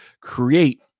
create